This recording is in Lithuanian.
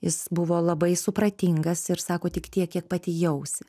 jis buvo labai supratingas ir sako tik tiek kiek pati jausi